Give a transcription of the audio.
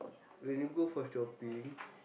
when you go for shopping